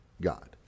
God